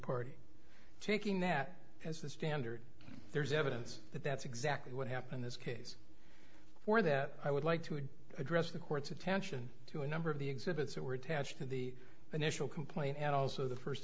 party taking that as the standard there's evidence that that's exactly what happened this case for that i would like to address the court's attention to a number of the exhibits that were attached to the initial complaint and also the first